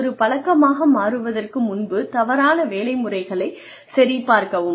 ஒரு பழக்கமாக மாறுவதற்கு முன்பு தவறான வேலை முறைகளைச் சரிபார்க்கவும்